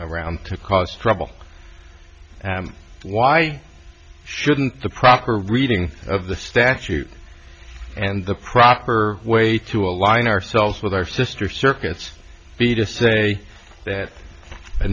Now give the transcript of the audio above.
around to cause trouble why shouldn't the proper reading of the statute and the proper way to align ourselves with our sister circus be to say that a